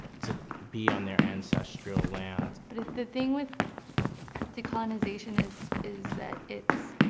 to be on their ancestral land. but the thing with decolonization is is that it's